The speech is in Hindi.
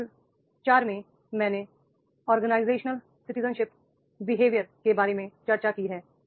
मॉड्यूल 4 में मैंने ऑर्गेनाइजेशनल सिटीजनशिप बिहेवियर के बारे में चर्चा की है